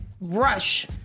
rush